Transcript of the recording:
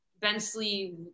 bensley